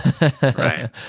right